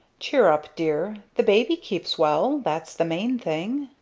cheer up, dear the baby keeps well that's the main thing.